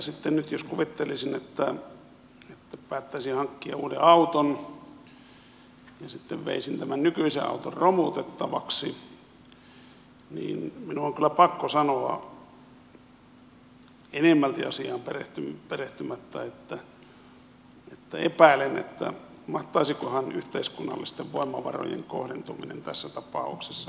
nyt jos kuvittelisin että päättäisin hankkia uuden auton ja sitten veisin tämän nykyisen auton romutettavaksi niin minun on kyllä pakko sanoa enemmälti asiaan perehtymättä että epäilen että mahtaisikohan yhteiskunnallisten voimavarojen kohdentuminen tässä tapauksessa nyt osua ihan kohdilleen